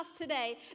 today